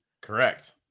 Correct